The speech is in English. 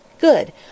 Good